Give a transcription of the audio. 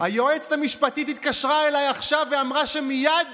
היועצת המשפטית התקשרה אליי עכשיו ואמרה שתעצרו מייד